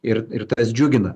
ir ir tas džiugina